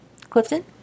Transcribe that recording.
Clifton